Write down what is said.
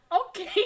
Okay